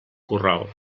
corral